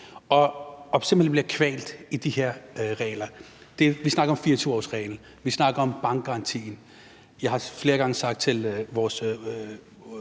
som simpelt hen bliver kvalt i de her regler? Vi snakker om 24-årsreglen, vi snakker om bankgarantien. Jeg har flere gange over for vores